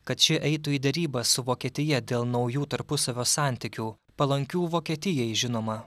kad ši eitų į derybas su vokietija dėl naujų tarpusavio santykių palankių vokietijai žinoma